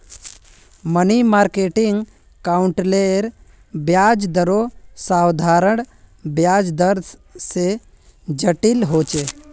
money market अकाउंटेर ब्याज दरो साधारण ब्याज दर से जटिल होचे